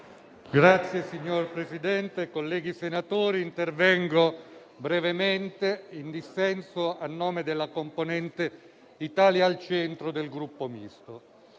(NC))*. Signor Presidente, colleghi senatori, intervengo brevemente in dissenso, a nome della componente Italia al Centro del Gruppo Misto.